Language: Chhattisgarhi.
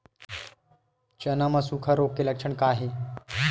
चना म सुखा रोग के लक्षण का हे?